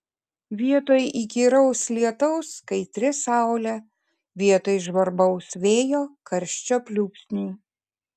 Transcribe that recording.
vietoj įkyraus lietaus kaitri saulė vietoj žvarbaus vėjo karščio pliūpsniai